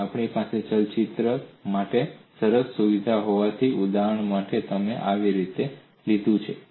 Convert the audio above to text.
અને આપણી પાસે ચલચિત્ર માટે સરસ સુવિધા હોવાથી ઉદાહરણ માટે મેં તેને આ રીતે લીધું છે